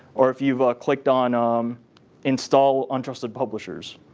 or if you've clicked on um install untrusted publishers.